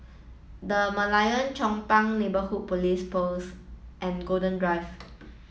the Merlion Chong Pang Neighbourhood Police Post and Golden Drive